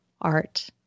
art